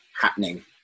happening